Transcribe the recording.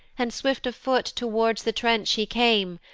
and swift of foot towards the trench he came,